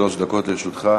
שלוש דקות לרשותך.